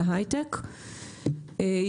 זאת תחילת הדרך.